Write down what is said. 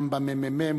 גם בממ"מ,